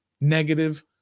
negative